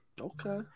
Okay